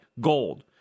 Gold